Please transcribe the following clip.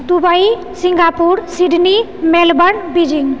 Dubai Singapore Sydney Melbourne Beijing